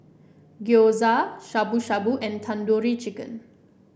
Gyoza Shabu Shabu and Tandoori Chicken